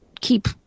keep